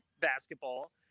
basketball